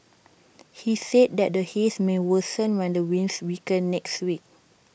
he said that the haze may worsen when the winds weaken next week